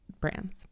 brands